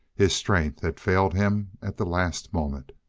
his strength had failed him at the last moment.